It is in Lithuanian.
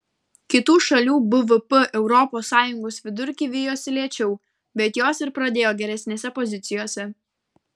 kitų šalių bvp europos sąjungos vidurkį vijosi lėčiau bet jos ir pradėjo geresnėse pozicijose